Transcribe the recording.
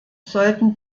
sollten